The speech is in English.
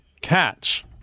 catch